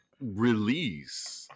release